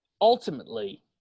Ultimately